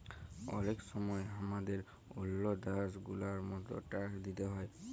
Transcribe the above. অলেক সময় হামাদের ওল্ল দ্যাশ গুলার মত ট্যাক্স দিতে হ্যয়